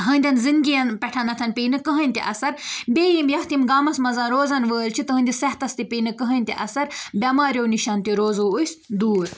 ہٕنٛدٮ۪ن زِندگِیَن پٮ۪ٹھَنتھ پیٚیہِ نہٕ کٕہٕنۍ تہِ اَثَر بیٚیہِ یِم یَتھ یِم گامَس منٛز روزَن وٲلۍ چھِ تٕہٕنٛدِس صحتَس تہِ پیٚیہِ نہٕ کٕہٕنۍ تہِ اَثَر بٮ۪ماریو نِش تہِ روزو أسۍ دوٗر